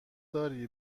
داری